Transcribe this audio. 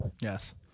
Yes